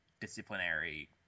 disciplinary